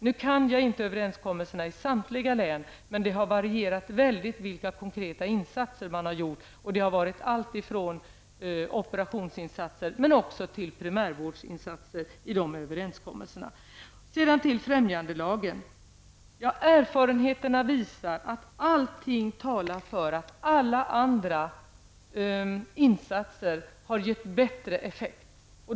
Jag är inte insatt i överenskommelserna i samtliga län, men de konkreta insatser som har gjorts har varierat mycket, alltifrån operationsinsatser till primärvårdinsatser. Vad gäller främjandelagen talar erfarenheterna för att alla andra insatser har gett bättre effekt.